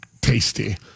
tasty